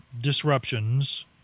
disruptions